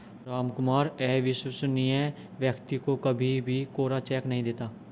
रामकुमार अविश्वसनीय व्यक्ति को कभी भी कोरा चेक नहीं देता